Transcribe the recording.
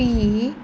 P